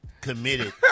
committed